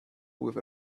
with